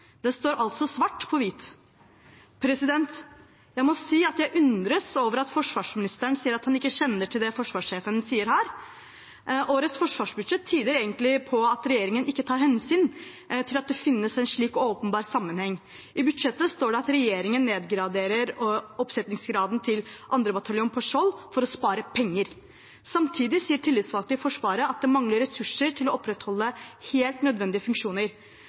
Det står altså svart på hvitt. Jeg må si at jeg undres over at forsvarsministeren sier han ikke kjenner til det forsvarssjefen skriver her. Årets forsvarsbudsjett tyder egentlig på at regjeringen ikke tar hensyn til at det finnes en slik åpenbar sammenheng. I budsjettet står det at regjeringen nedgraderer oppsettingsgraden til 2. bataljon på Skjold for å spare penger. Samtidig sier tillitsvalgte i Forsvaret at det mangler ressurser til å opprettholde helt nødvendige funksjoner.